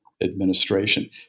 administration